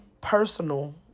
personal